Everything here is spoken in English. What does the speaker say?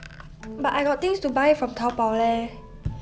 but I got things to buy from Taobao leh